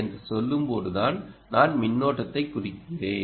என்று சொல்லும் போது நான் மின்னோட்டத்தைக் குறிக்கிறேன்